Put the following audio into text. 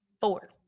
Four